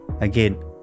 again